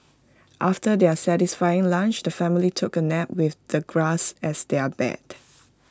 after their satisfying lunch the family took A nap with the grass as their bed